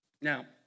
Now